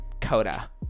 Coda